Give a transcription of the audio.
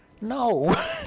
No